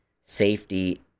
safety